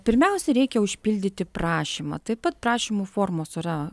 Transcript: pirmiausia reikia užpildyti prašymą taip pat prašymų formos yra